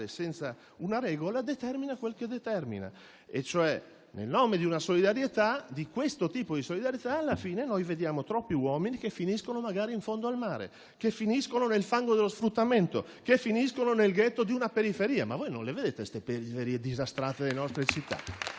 senza una regola determina quel che determina: nel nome di una solidarietà di questo tipo, alla fine vediamo troppi uomini che finiscono magari in fondo al mare, nel fango dello sfruttamento o nel ghetto di una periferia. Non le vedete le periferie disastrate delle nostre città?